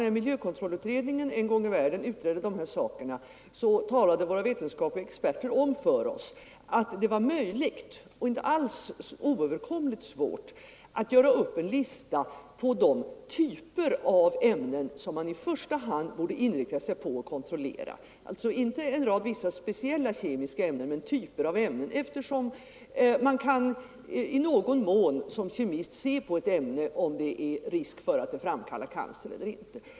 När miljökontrollutredningen en gång i världen utredde dessa frågor talade våra vetenskapliga experter om för oss att det var möjligt, alltså inte alls oöverkomligt svårt, att göra upp en lista på de typer av ämnen som man i första hand borde inrikta sig på att kontrollera, alltså inte en rad speciella kemiska ämnen utan typer av ämnen. En kemist kan nämligen i någon mån se på ett ämne om det är risk för att det kan framkalla cancer eller inte.